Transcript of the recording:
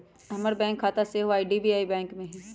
हमर बैंक खता सेहो आई.डी.बी.आई बैंक में हइ